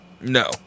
No